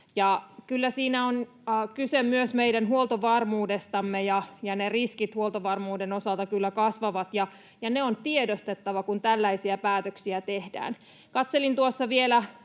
kyllä siinä on kyse myös meidän huoltovarmuudestamme, ja riskit huoltovarmuuden osalta kyllä kasvavat, ja ne on tiedostettava, kun tällaisia päätöksiä tehdään. Katselin tuossa vielä,